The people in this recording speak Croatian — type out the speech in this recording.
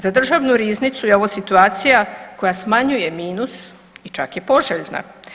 Za državnu riznicu je ovo situacija koja smanjuje minus i čak je poželjna.